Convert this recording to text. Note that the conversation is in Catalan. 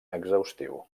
exhaustiu